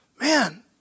Man